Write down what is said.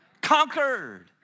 conquered